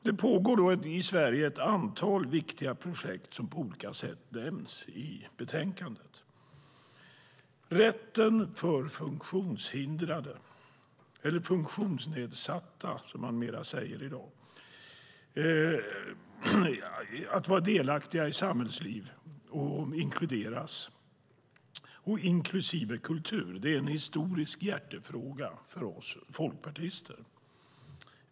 Det pågår i Sverige ett antal viktiga projekt som på olika sätt nämns i betänkandet. Rätten för funktionshindrade, eller funktionsnedsatta som man säger i dag, att vara delaktiga och inkluderas i samhällsliv och kultur är en historisk hjärtefråga för oss folkpartister.